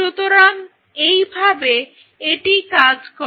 সুতরাং এই ভাবে এটি কাজ করে